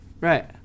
Right